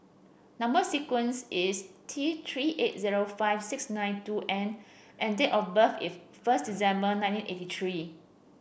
number sequence is T Three eight zero five six nine two N and date of birth is first December nineteen eighty three